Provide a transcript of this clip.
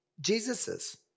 Jesus's